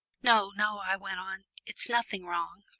no, no, i went on, it's nothing wrong.